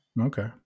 Okay